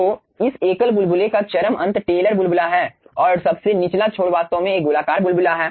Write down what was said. तो इस एकल बुलबुले का चरम अंत टेलर बुलबुला है और सबसे निचला छोर वास्तव में एक गोलाकार बुलबुला है